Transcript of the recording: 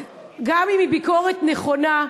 גם אם היא ביקורת נכונה,